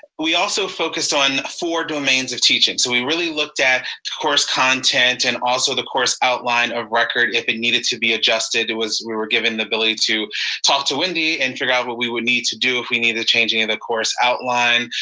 we also focused on four domains of teaching. so we really looked at the course content and also the course outline of record if it needed to be adjusted, it was, we were given the ability to talk to wendy and figure out what we would need to do if we needed to change any of the course outline.